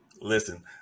listen